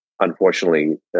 unfortunately